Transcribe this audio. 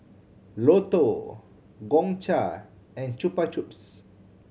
Lotto Gongcha and Chupa Chups